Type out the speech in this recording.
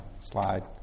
slide